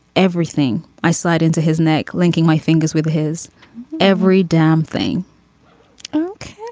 everything i slide into his neck linking my fingers with his every damn thing ok